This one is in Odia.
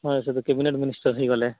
ହଁ ସେ ତ କ୍ୟାବିନେଟ ମିନିଷ୍ଟର ହୋଇଗଲେ